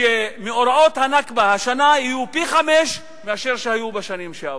אירועי ה"נכבה" השנה יהיו בעוצמה פי-חמישה ממה שהיו בשנים שעברו.